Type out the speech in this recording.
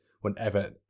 whenever